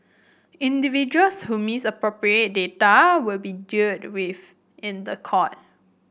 individuals who misappropriate data will be dealt with in the court